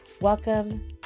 Welcome